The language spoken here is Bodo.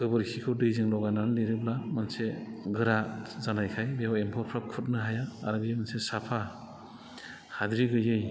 गोबोरखिखौ दैजों लगायनानै लिरोब्ला मोनसे गोरा जानायखाय बेयाव एम्फौफोरा खुरनो हाया आरो बेयो मोनसे साफा हाद्रि गैयै